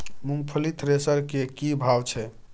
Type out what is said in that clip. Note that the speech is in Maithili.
मूंगफली थ्रेसर के की भाव छै?